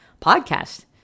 podcast